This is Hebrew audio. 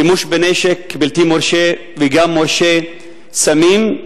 שימוש בנשק בלתי מורשה וגם מורשה, סמים,